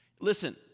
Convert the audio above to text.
Listen